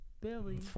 Billy